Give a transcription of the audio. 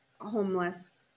homeless